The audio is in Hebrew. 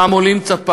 פעם עולים קצת,